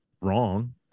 wrong